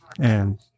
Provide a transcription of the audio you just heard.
And-